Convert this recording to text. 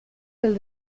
del